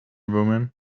woman